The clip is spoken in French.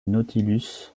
nautilus